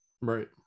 right